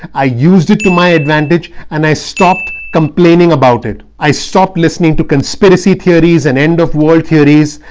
i used it to my advantage. and i stopped complaining about it. i stopped listening to conspiracy theories and end of world theories.